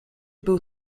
był